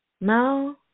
No